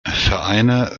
vereine